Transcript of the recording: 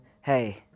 hey